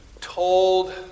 told